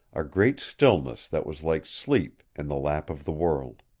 a great stillness that was like sleep in the lap of the world.